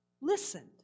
listened